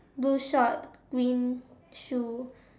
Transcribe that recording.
blue shorts green shoe